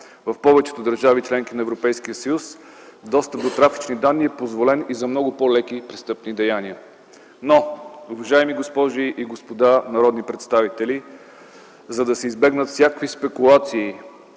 В повечето държави – членки на Европейския съюз, достъпът до трафични данни е позволен и за много по-леки престъпни деяния. Уважаеми госпожи и господа народни представители, за да се избегнат всякакви спекулации